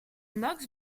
knox